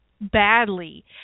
badly